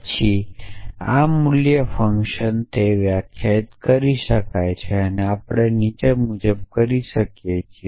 પછી આ મૂલ્ય ફંકશન ને વ્યાખ્યાયિત કરી શકાય છે અને તે આપણે નીચે મુજબ કરી શકીએ છીએ